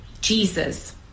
Jesus